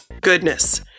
goodness